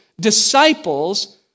disciples